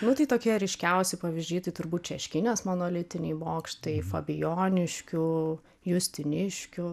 nu tai tokie ryškiausi pavyzdžiai tai turbūt šeškinės monolitiniai bokštai fabijoniškių justiniškių